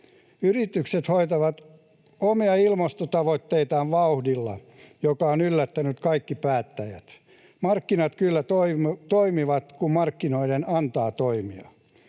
Yritykset hoitavat omia ilmastotavoitteitaan vauhdilla, joka on yllättänyt kaikki päättäjät. Markkinat kyllä toimivat, kun markkinoiden antaa toimia.